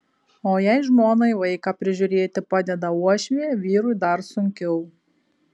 o jei žmonai vaiką prižiūrėti padeda uošvė vyrui dar sunkiau